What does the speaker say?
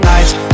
Nights